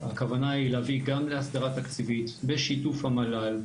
הכוונה היא להביא גם להסדרה תקציבית בשיתוף המל"ל,